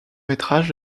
métrage